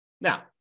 Now